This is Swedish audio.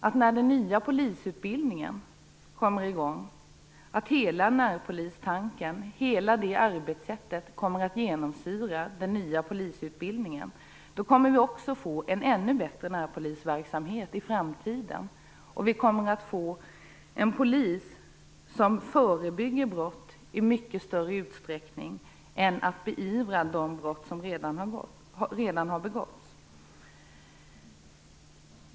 Det är också viktigt att hela närpolistanken, hela det arbetssättet, kommer att genomsyra den nya polisutbildningen när den kommer i gång. Då kommer vi också att få en ännu bättre närpolisverksamhet i framtiden. Och vi kommer att få en polis som förebygger brott i mycket större utsträckning än att beivra de brott som redan har begåtts.